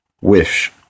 wish